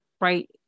right